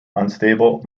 unstable